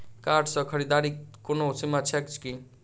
Card सँ खरीददारीक कोनो सीमा छैक की?